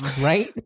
right